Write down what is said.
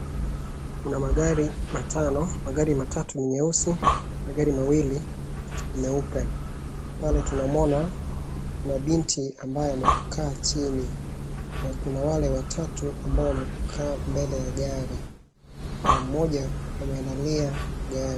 Kuna magari matano, magari matatu ni nyeusi, magari mawili ni meupe. Pale tunamuona kuna binti ambaye amekaa chini na kuna wale watatu ambao wamekaa mbele ya gari mmoja amelalia gari.